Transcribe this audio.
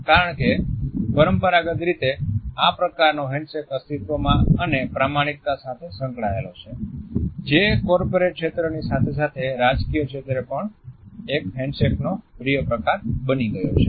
કારણ કે પરંપરાગત રીતે આ પ્રકારનો હેન્ડશેક અસ્તિત્વ અને પ્રામાણિકતા સાથે સંકળાયેલો છે જે કોર્પોરેટ ક્ષેત્રની સાથે સાથે રાજકીય ક્ષેત્રે પણ એક હેન્ડશેકનો પ્રિય પ્રકાર બની ગયો છે